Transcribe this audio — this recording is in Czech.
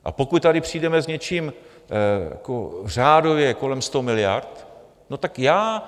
A pokud tady přijdeme s něčím řádově kolem 100 miliard, no tak já...